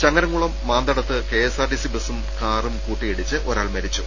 ചങ്ങരംകുളം മാന്തടത്ത് കെഎസ്ആർടിസി ബസും കാറും കൂട്ടിയിടിച്ച് ഒരാൾ മരിച്ചു